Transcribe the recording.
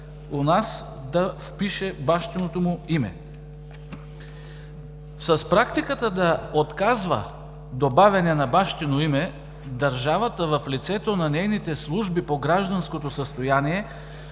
С практиката да отказва добавяне на бащино име държавата, в лицето на нейните служби по гражданското състояние,